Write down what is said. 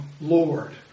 Lord